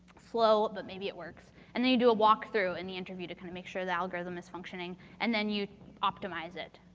slow, but maybe it works. and then you do a walkthrough in the interview to kind of make sure the algorithm is functioning and then optimize it.